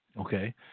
Okay